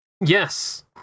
yes